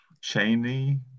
Cheney